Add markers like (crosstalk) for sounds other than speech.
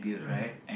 (coughs)